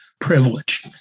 privilege